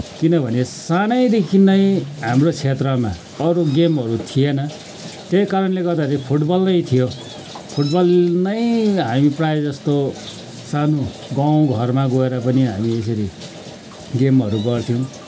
किनभने सानैदेखि नै हाम्रो क्षेत्रमा अरू गेमहरू थिएन त्यही कारणले गर्दाखेरि फुटबल नै थियो फुटबल नै हामी प्रायः जस्तो सानो गाउँ घरमा गएर पनि हामीले यसरी गेमहरू गर्थ्यौँ